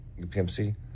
UPMC